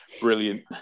Brilliant